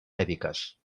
mèdiques